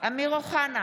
אמיר אוחנה,